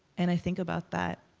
and i think about that.